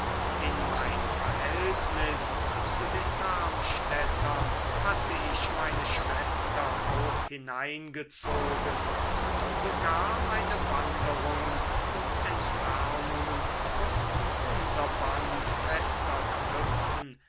in mein verhältnis zu den darmstädtern hatte ich meine schwester auch hineingezogen und sogar meine wanderungen und entfernungen mußten unser band fester knüpfen